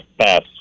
Pass